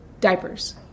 diapers